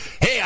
hey